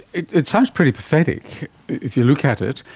it it sounds pretty pathetic if you look at it,